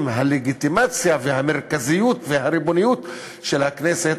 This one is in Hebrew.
הלגיטימציה והמרכזיות והריבונות של הכנסת,